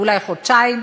אולי חודשיים,